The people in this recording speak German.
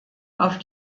auf